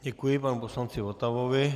Děkuji panu poslanci Votavovi.